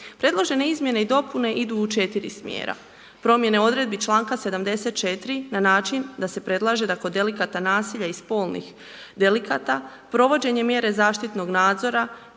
Predložene izmjene i dopune idu u 4 smjera. Promjene odredbi članka 74. na način da se predlaže da kod delikata nasilja i spolnih delikata provođenje mjere zaštitnog nadzora